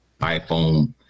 iPhone